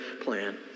plan